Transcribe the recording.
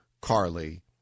Carly